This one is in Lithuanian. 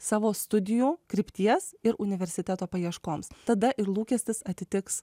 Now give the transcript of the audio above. savo studijų krypties ir universiteto paieškoms tada ir lūkestis atitiks